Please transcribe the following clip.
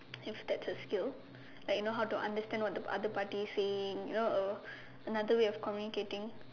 if that's a skill like you know how to understand what the other party is saying you know uh another way of communicating